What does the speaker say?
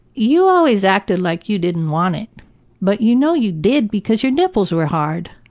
you always acted like you didn't want it but you know you did because your nipples were hard.